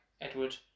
Edward